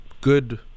good